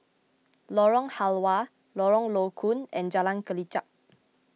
Lorong Halwa Lorong Low Koon and Jalan Kelichap